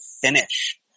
finish